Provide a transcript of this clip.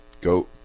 go